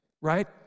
right